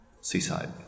seaside